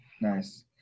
Nice